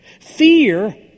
Fear